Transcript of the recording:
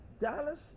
Dallas